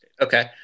Okay